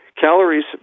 Calories